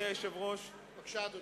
בבקשה, אדוני.